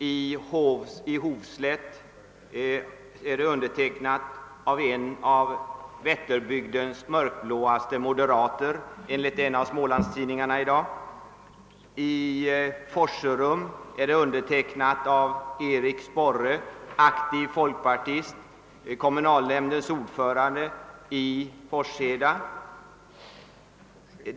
Bland undertecknarna i Hovslätt är en av Vätterbygdens mörkblåaste moderater, enligt en av smålandstidningarna i dag. Brevet är också undertecknat av Erik Sporre i Forserum, aktiv folkpartist och kommunalnämndens ordförande i Forsheda.